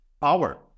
power